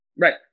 Right